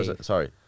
sorry